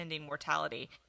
Mortality